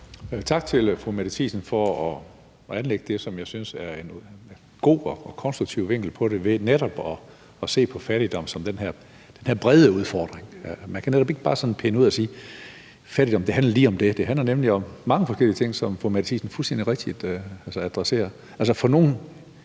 Tak til fru Mette Thiesen for at anlægge det, som jeg synes er en god og konstruktiv vinkel på det, ved netop at se på fattigdom som den her brede udfordring. Man kan netop ikke bare pinde det ud og sige, at fattigdom jo lige netop handler om det. Det handler nemlig om mange forskellige ting, som fru Mette Thiesen fuldstændig rigtigt adresserer.